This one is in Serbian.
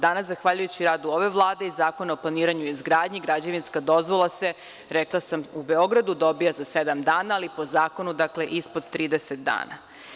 Danas zahvaljujući radu ove Vlade i Zakonu o planiranju i izgradnji građevinska dozvola se, rekla sam, u Beogradu dobija za sedam dana, ali po zakonu ispod 30 dana.